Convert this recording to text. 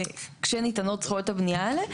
כשניתנות זכויות הבנייה האלה.